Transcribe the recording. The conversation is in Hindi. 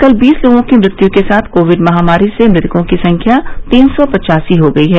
कल बीस लोगों की मृत्यू के साथ कोविड महामारी से मृतकों की संख्या तीन सौ पचासी हो गयी है